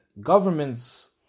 government's